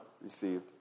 received